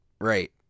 Right